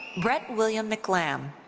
brett william mclamb.